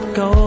go